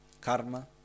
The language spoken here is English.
karma